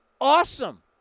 awesome